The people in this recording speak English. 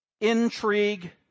intrigue